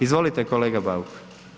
Izvolite, kolega Bauk.